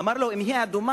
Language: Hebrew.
אמר: אם הוא אדום,